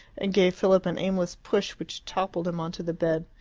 and gave philip an aimless push, which toppled him on to the bed.